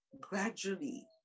Gradually